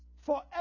forever